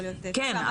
כן,